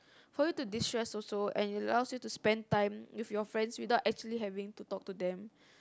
for you to distress also and allows you to spend time with your friends without having to talk to them